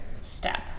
step